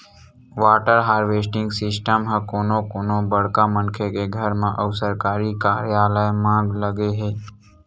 water harvesting system ह कोनो कोनो बड़का मनखे के घर म अउ सरकारी कारयालय म लगे हे